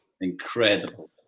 incredible